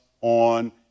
on